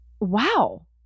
Wow